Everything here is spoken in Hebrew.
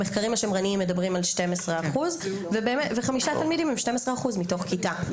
המחקרים השמרניים מדברים על 12% וחמישה תלמידים הם 12% מתוך כיתה.